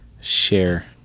share